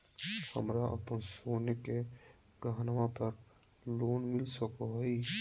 हमरा अप्पन सोने के गहनबा पर लोन मिल सको हइ?